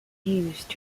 used